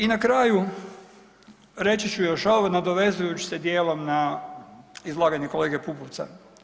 I na kraju reći ću još ovo nadovezujuć se dijelom na izlaganje kolege Pupovca.